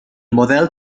model